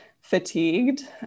fatigued